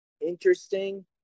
interesting